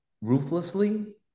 ruthlessly